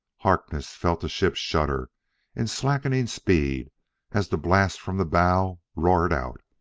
harkness felt the ship shudder in slackening speed as the blast from the bow roared out.